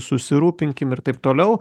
susirūpinkim ir taip toliau